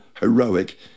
heroic